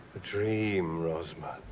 a dream, rosmer.